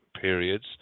periods